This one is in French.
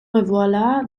revoilà